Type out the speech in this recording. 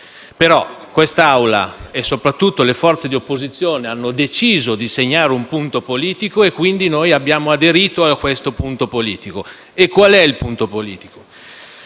quest'Assemblea e soprattutto le forze di opposizione hanno deciso di segnare un punto politico e noi abbiamo aderito a questo punto politico. E qual è il punto politico?